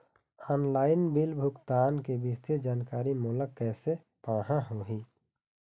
Online bill भुगतान के विस्तृत जानकारी मोला कैसे पाहां होही?